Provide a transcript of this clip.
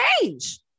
change